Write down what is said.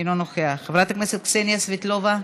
אינו נוכח, חברת הכנסת קסניה סבטלובה,